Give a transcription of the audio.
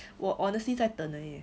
我 honestly 在等而已 eh